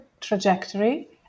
trajectory